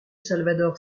salvador